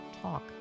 Talk